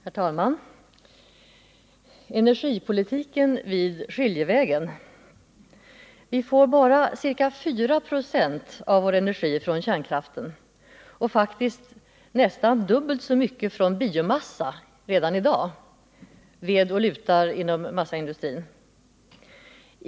Herr talman! Energipolitiken vid skiljevägen, skulle jag vilja sätta som rubrik på mitt anförande. Vi får bara 4 926 av vår energi från kärnkraften och faktiskt, redan i dag, nästan dubbelt så mycket från biomassa — ved och lutar i massaindustrin.